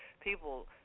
people